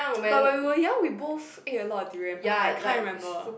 but when we were young we both ate a lot durian but I can't remember